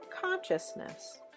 consciousness